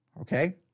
okay